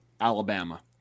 Alabama